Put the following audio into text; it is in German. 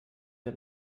der